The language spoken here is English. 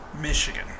Michigan